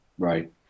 Right